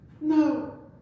No